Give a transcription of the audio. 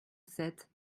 sept